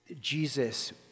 Jesus